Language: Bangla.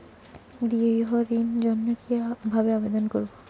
গৃহ ঋণ জন্য কি ভাবে আবেদন করব?